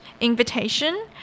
invitation